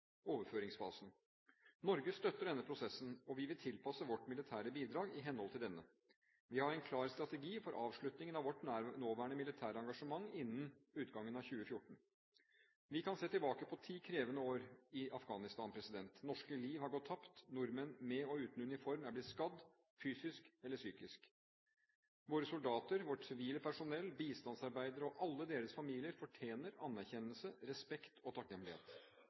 Norge støtter denne prosessen, og vi vil tilpasse vårt militære bidrag i henhold til denne. Vi har en klar strategi for avslutningen av vårt nåværende militære engasjement innen utgangen av 2014. Vi kan se tilbake på ti krevende år i Afghanistan. Norske liv har gått tapt, nordmenn med og uten uniform er blitt skadd, fysisk eller psykisk. Våre soldater, vårt sivile personell, bistandsarbeidere og alle deres familier fortjener anerkjennelse, respekt og takknemlighet.